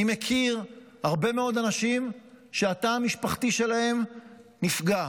אני מכיר הרבה מאוד אנשים שהתא המשפחתי שלהם נפגע.